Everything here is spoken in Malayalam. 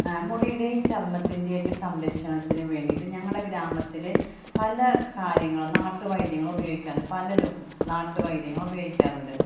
മുടിയുടെയും ചർമ്മത്തിൻ്റെയൊക്കെ സംരക്ഷണത്തിന് വേണ്ടിയിട്ട് ഞങ്ങളുടെ ഗ്രാമത്തിൽ പല കാര്യങ്ങളും നാട്ടുവൈദ്യങ്ങൾ ഉപയോഗിക്കാറുണ്ട് പലരും നാട്ടുവൈദ്യങ്ങൾ ഉപയോഗിക്കാറുണ്ട്